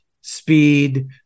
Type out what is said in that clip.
speed